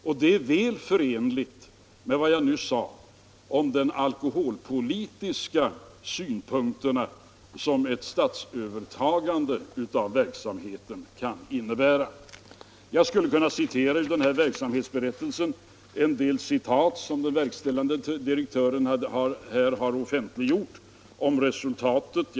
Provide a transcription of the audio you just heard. Dessa är också väl förenliga med vad jag nyss 189 sade om de alkoholpolitiska aspekterna vid ett statsövertagande av verksamheten. Jag skulle kunna citera ur den verksamhetsberättelse som den verkställande direktören har offentliggjort om resultatet av företagets verksamhet.